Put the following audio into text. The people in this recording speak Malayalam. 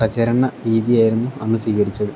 പ്രചരണ രീതിയായിരുന്നു അന്ന് സ്വീകരിച്ചത്